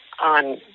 on